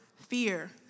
fear